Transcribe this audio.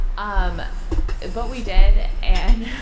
um but, we did. and,